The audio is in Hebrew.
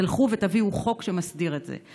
תלכו ותביאו חוק שמסדיר את זה.